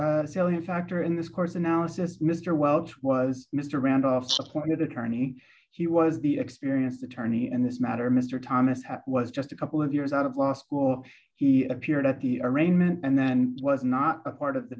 salient factor in this course analysis mr welch was mr randolph supported attorney he was the experienced attorney in this matter mr thomas was just a couple of years out of law school he appeared at the arraignment and then was not a part of the